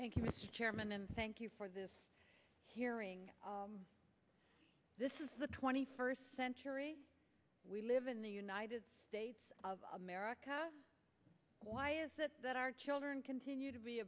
thank you mr chairman and thank you for this hearing this is the twenty first century we live in the united states of america why is it that our children continue to be